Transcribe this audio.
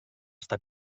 està